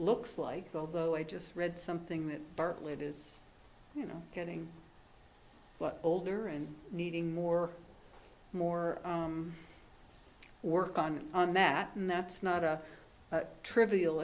looks like although i just read something that bartlett is you know getting older and needing more more work on that and that's not a trivial